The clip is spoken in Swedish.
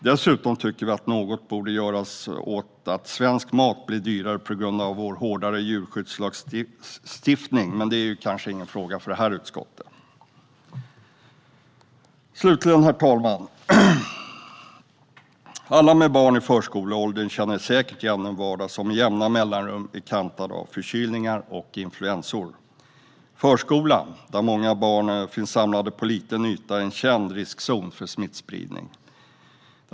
Dessutom tycker vi att något borde göras åt att svensk mat blir dyrare på grund av vår hårdare djurskyddslagstiftning, men det är kanske ingen fråga för detta utskott. Slutligen, herr talman: Alla med barn i förskoleåldern känner säkert igen en vardag som med jämna mellanrum är kantad av förkylningar och influensor. Förskolan, där många barn finns samlade på en liten yta, är en känd riskzon för smittspridning.